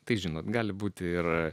tai žinot gali būti ir